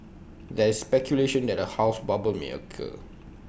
there is speculation that A house bubble may occur